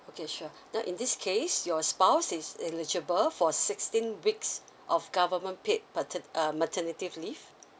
okay sure now in this case your spouse is eligible for sixteen weeks of government paid mater~ err maternity leave